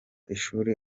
ishuri